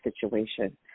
situation